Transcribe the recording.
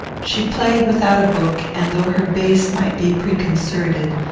she played without a book, and, though her bass might be preconcerted,